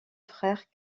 frère